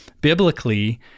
biblically